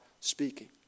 speaking